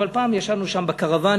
אבל פעם ישבנו שם בקרוונים,